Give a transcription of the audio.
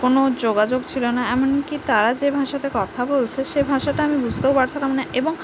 কোনও যোগাযোগ ছিল না এমনকি তারা যে ভাষাতে কথা বলছে সে ভাষাটা আমি বুঝতেও পারছিলাম না এবং